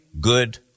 good